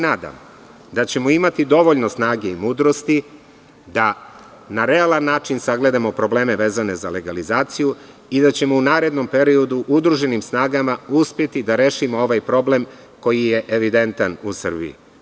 Nadam se da ćemo imati dovoljno snage i mudrosti da na realan način sagledamo probleme vezane za legalizaciju i da ćemo u narednom periodu udruženim snagama uspeti da rešimo ovaj problem koji je evidentan u Srbiji.